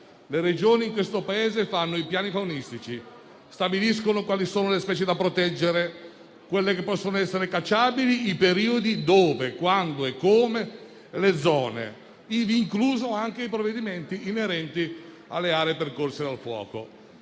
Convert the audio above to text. alle Regioni, che in questo Paese fanno i piani faunistici, stabiliscono quali sono le specie da proteggere, quelle che possono essere cacciabili, i periodi, le modalità e le zone, ivi inclusi anche i provvedimenti inerenti alle aree percorse dal fuoco.